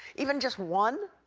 even just one,